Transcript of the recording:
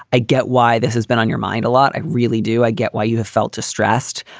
i get why this has been on your mind a lot. i really do. i get why you have felt distressed.